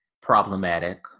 problematic